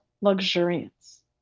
luxuriance